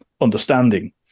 understanding